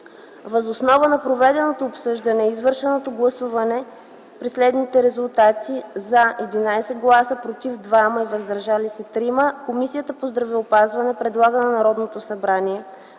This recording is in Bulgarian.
Въз основа на проведеното обсъждане и извършеното гласуване при следните резултати: „за” - 11, „против” - 2, „въздържали се” - 3, Комисията по здравеопазването предлага на Народното събрание